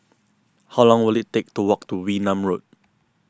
how long will it take to walk to Wee Nam Road